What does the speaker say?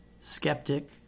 skeptic